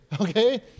okay